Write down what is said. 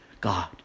God